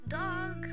dog